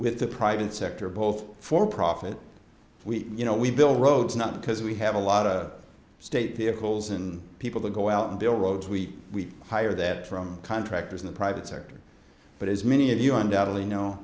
with the private sector both for profit we you know we build roads not because we have a lot of state vehicles and people to go out and build roads we hire that from contractors in the private sector but as many of you undoubtedly kno